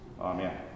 Amen